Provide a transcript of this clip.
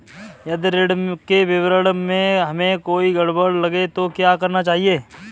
यदि ऋण के विवरण में हमें कोई गड़बड़ लगे तो क्या करना चाहिए?